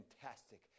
fantastic